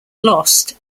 lost